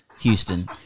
Houston